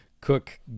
Cook